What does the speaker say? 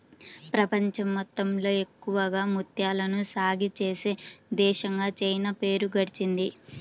ప్రపంచం మొత్తంలో ఎక్కువగా ముత్యాలను సాగే చేసే దేశంగా చైనా పేరు గడించింది